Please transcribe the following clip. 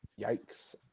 Yikes